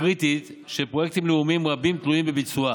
קריטית שפרויקטים לאומיים רבים תלויים בביצועה,